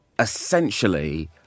Essentially